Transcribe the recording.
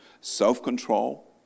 self-control